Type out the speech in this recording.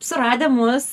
suradę mus